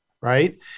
Right